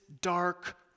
dark